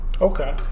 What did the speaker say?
Okay